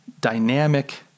dynamic